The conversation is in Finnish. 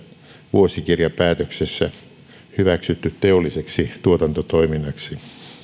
vuosikirjapäätöksessä hyväksytty teolliseksi tuotantotoiminnaksi